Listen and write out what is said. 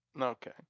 Okay